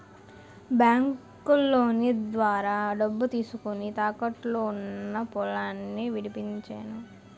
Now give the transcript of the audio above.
బాంకులోను ద్వారా డబ్బు తీసుకొని, తాకట్టులో ఉన్న పొలాన్ని విడిపించేను